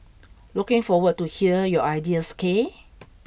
looking forward to hear your ideas K